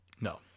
no